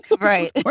Right